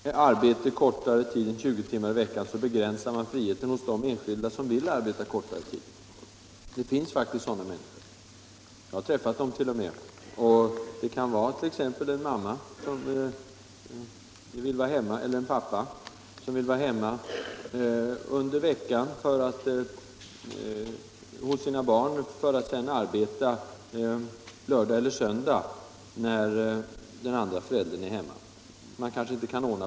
Herr talman! Det är klart att om man förbjuder arbete kortare tid än 20 timmar i veckan begränsar man friheten för de enskilda som vill arbeta kortare tid. Det finns faktiskt sådana människor. Jag har t.o.m. Nr 24 träffat dem. Det kan t.ex. vara en mamma eller pappa som vill vara hemma hos sina barn under veckan för att sedan arbeta lördag eller söndag när den andra föräldern är hemma. De kanske inte kan ordna.